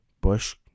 Bush